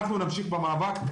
אנחנו נמשיך במאבק.